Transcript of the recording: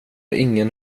ingen